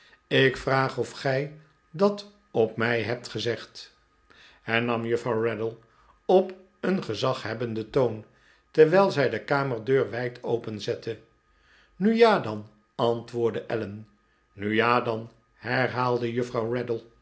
ik vraag of gij dat op mij hebt gezegd hernam juffrouw raddle op een gezaghebbenden toon terwijl zij de kamerdeur wijd openzette nu ja dan antwoordde allen nu ja dan herhaalde juffrouw